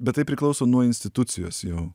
bet tai priklauso nuo institucijos jau